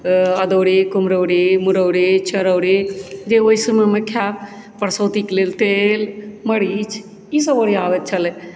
अदौरी कुम्हरौरी मुरौरी चरौरी जे ओहि समयमे खायब परसौतीकेँ लेल तेल मरीच ई सब ओरियाबैत छलै